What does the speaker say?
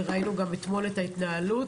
וראינו גם אתמול את ההתנהלות,